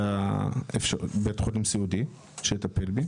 או ב',